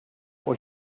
was